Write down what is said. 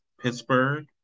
Pittsburgh